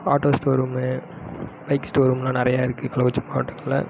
auto showroom bike ஷோ ரூமெலாம் நிறையா இருக்குது கள்ளக்குறிச்சி மாவட்டத்தில்